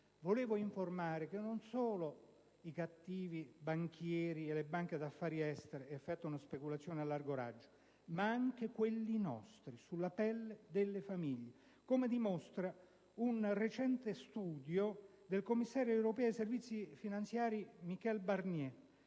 volevo informare che non sono solo i cattivi banchieri e le banche d'affari estere ad effettuare speculazioni a largo raggio, ma anche i banchieri nostrani, che operano sulla pelle delle famiglie, come dimostra un recente studio del commissario europeo ai servizi finanziari Michel Barnier.